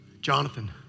Jonathan